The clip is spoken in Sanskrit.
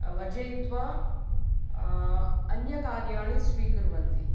वर्जयित्वा अन्य कार्याणि स्वीकुर्वन्ति